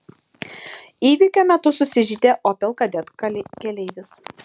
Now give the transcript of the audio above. įvykio metu susižeidė opel kadett keleivis